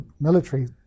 military